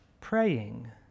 praying